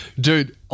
Dude